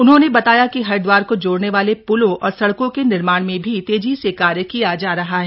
उन्होंने बताया कि हरिद्वार को जोड़ने वाले प्लों और सड़कों के निर्माण में भी तेजी से कार्य किया जा रहा है